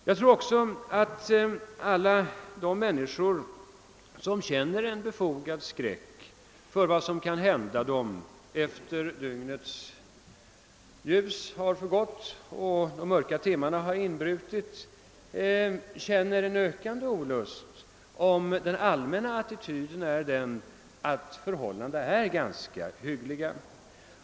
Jag tror också att alla de människor, som hyser en befogad skräck för vad som kan hända dem under dygnets mörka timmar, känner en ökande olust, om den allmänna attityden från regeringens sida är att förhållandena är ganska hyggliga.